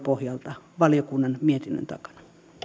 pohjalta valiokunnan mietinnön takana